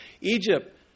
Egypt